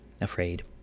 afraid